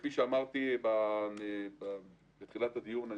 כפי שאמרתי בתחילת הדיון,